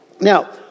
Now